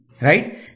Right